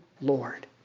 Lord